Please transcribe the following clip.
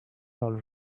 all